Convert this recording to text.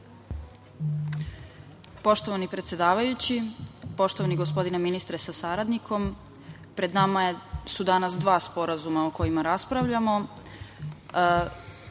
Poštovani predsedavajući, poštovani gospodine ministre sa saradnikom, pred nama su danas dva sporazuma o kojim raspravljamo.